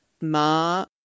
Ma